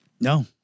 No